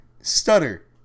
stutter